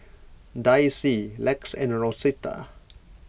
Daisye Lex and Rosita